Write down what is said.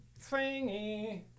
thingy